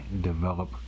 develop